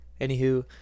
anywho